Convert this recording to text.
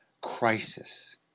crisis